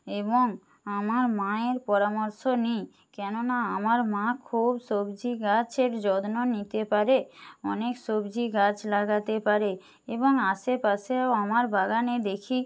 এবং আমার মায়ের পরামর্শ নিই কেননা আমার মা খুব সবজি গাছের যত্ন নিতে পারে অনেক সবজি গাছ লাগাতে পারে এবং আশেপাশেও আমার বাগানে দেখি